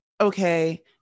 okay